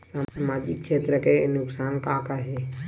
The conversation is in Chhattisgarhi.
सामाजिक क्षेत्र के नुकसान का का हे?